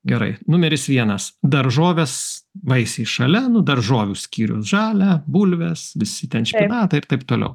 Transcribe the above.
gerai numeris vienas daržovės vaisiai šalia daržovių skyrių žalia bulvės visi ten špinatai ir taip toliau